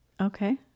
Okay